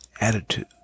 attitude